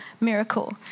miracle